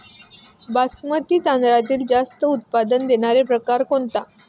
बासमती तांदळातील जास्त उत्पन्न देणारा प्रकार कोणता?